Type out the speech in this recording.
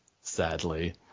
sadly